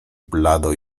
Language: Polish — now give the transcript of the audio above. blado